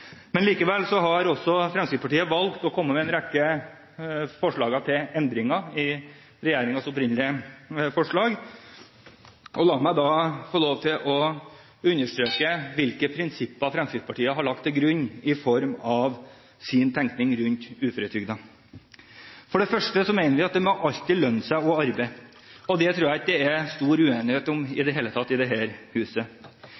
Likevel har også Fremskrittspartiet valgt å komme med en rekke forslag til endringer i regjeringens opprinnelige forslag. La meg da få lov til å understreke hvilke prinsipper Fremskrittspartiet har lagt til grunn, i form av sin tenkning rundt uføretrygden. For det første mener vi at det må alltid lønne seg å arbeide. Det tror jeg ikke det er stor uenighet om i